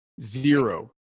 zero